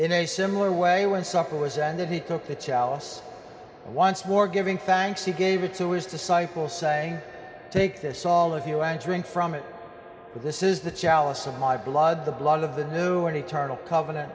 in a similar way when supper was and then he took the chalice once more giving thanks he gave it to his disciples saying take this all of you and drink from it but this is the chalice of my blood the blood of the new and eternal covenant